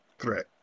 threat